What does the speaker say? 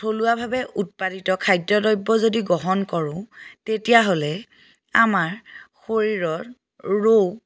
থলুৱাভাৱে উৎপাদিত খাদ্য দ্ৰব্য যদি গ্ৰহণ কৰোঁ তেতিয়াহ'লে আমাৰ শৰীৰৰ ৰোগ